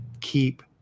keep